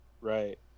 Right